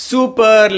Super